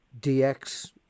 DX